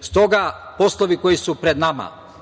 Stoga, poslovi koji su pred nama